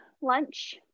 lunch